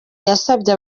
yasabye